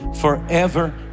forever